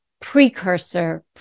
Precursor